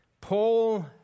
Paul